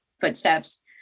footsteps